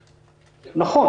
נכון,